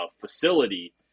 facility